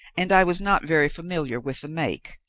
and i was not very familiar with the make.